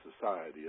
society